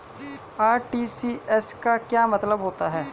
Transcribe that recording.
RTGS का क्या मतलब होता है?